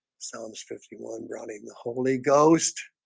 psalms fifty one groaning the holy ghost